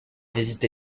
visité